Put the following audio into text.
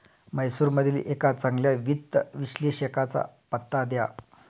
म्हैसूरमधील एका चांगल्या वित्त विश्लेषकाचा पत्ता द्या